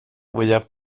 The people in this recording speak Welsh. fwyaf